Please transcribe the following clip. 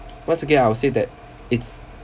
once again I would say that it's